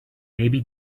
maybe